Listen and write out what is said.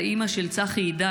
אימא של צחי עידן,